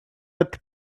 этот